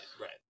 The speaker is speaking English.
right